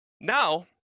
Now